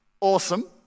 awesome